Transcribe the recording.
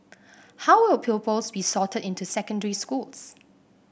how will pupils be sorted into secondary schools